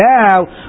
now